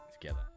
together